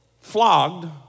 flogged